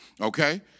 Okay